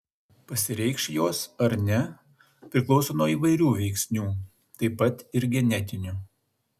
pasireikš jos ar ne priklauso nuo įvairių veiksnių taip pat ir genetinių